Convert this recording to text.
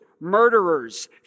murderers